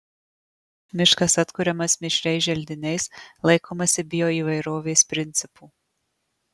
miškas atkuriamas mišriais želdiniais laikomasi bioįvairovės principų